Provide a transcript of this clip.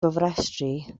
gofrestru